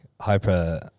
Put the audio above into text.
hyper